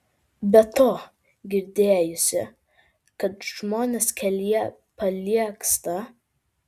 be to girdėjusi kad žmonės kelyje paliegsta